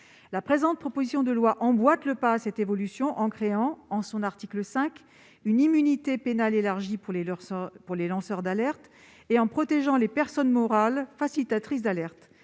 la présente proposition de loi suivent cette évolution en créant, à l'article 5, une immunité pénale élargie pour les lanceurs d'alerte, et en protégeant les personnes morales facilitatrices d'alerte.